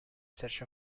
such